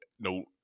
no